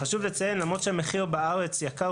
חשוב לציין שלמרות שהמחיר בארץ יקר